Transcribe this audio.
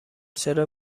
چرا